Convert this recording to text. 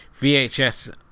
VHS